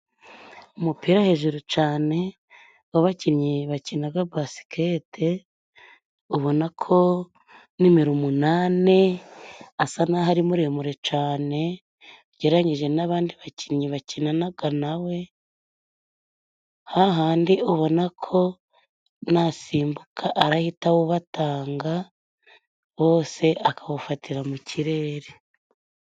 Umupira hejuru cane w'ababakinnyi bakinaga basiketi, ubona ko nimero umunani asa naho ari muremure cane ugereranyije n'abandi bakinnyi bakinanaga nawe, hahandi ubona ko nasimbuka arahita awubatanga bose akawufatira mu ikirere.